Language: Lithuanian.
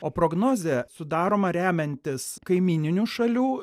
o prognozė sudaroma remiantis kaimyninių šalių